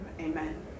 amen